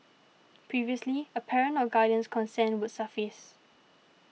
previously a parent or guardian's consent would suffice